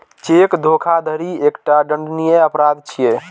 cheque धोखाधड़ी एकटा दंडनीय अपराध छियै